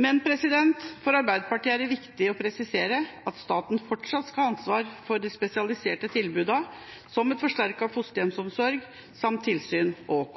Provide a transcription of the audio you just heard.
Men for Arbeiderpartiet er det viktig å presisere at staten fortsatt skal ha ansvar for de spesialiserte tilbudene, som forsterket fosterhjemsomsorg samt tilsyn og